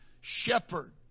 shepherd